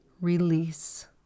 release